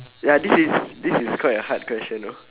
ya this is this is quite a hard question no